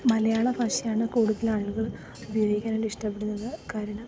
മലയാള ഭാഷയാണ് കൂടുതൽ ആളുകൾ ഉപയോഗിക്കാൻ വേണ്ടി ഇഷ്ടപ്പെടുന്നത് കാരണം